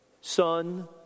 son